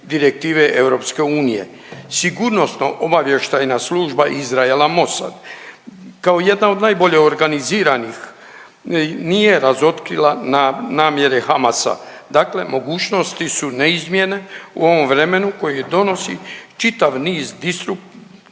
direktive EU. Sigurnosno obavještajna služba Izraela Mosad kao jedna od najbolje organiziranih nije razotkrila namjere Hamasa. Dakle mogućnosti su neizmjerne u ovom vremenu koji donosi čitav niz destruktivnih